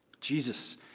Jesus